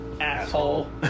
asshole